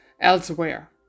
elsewhere